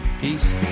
Peace